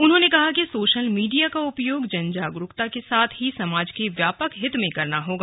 उन्होंने कहा कि सोशल मीडिया का उपयोग जन जागरूकता के साथ ही समाज के व्यापक हित में करना होगा